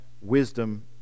wisdom